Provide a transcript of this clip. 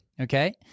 Okay